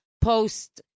post